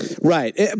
Right